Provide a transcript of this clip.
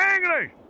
English